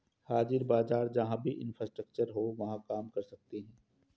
हाजिर बाजार जहां भी इंफ्रास्ट्रक्चर हो वहां काम कर सकते हैं